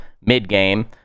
mid-game